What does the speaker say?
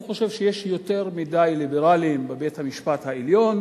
הוא חושב שיש יותר מדי ליברלים בבית-המשפט העליון,